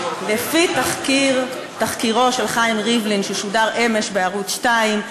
לפי תחקירו של חיים ריבלין ששודר אמש בערוץ 2,